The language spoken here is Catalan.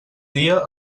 dia